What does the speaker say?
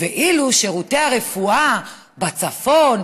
אילו שירותי הרפואה בצפון,